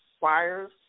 Fires